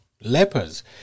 lepers